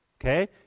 Okay